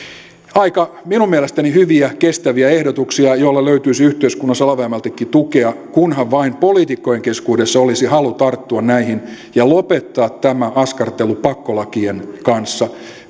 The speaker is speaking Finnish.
minun mielestäni aika hyviä kestäviä ehdotuksia joille löytyisi yhteiskunnassa laveammaltikin tukea kunhan vain poliitikkojen keskuudessa olisi halu tarttua näihin ja lopettaa tämä askartelu pakkolakien kanssa